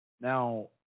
Now